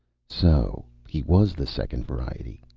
so he was the second variety,